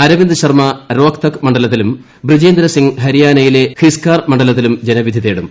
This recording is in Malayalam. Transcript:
അരവിന്ദ് ശർമ്മ രോഹ്തക് മണ്ഡലത്തിലും ബ്രിജേന്ദ്ര സിംഗ് ഹരിയാനയിലെ ഹിസ്കാർ മണ്ഡലത്തിലും ജനവിധി തേടും